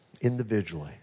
individually